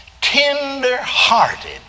tender-hearted